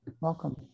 Welcome